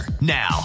Now